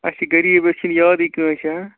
أسۍ چھِ غریٖب أسۍ چھنہٕ یادٕے کٲنٛسہِ ہہ